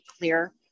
clear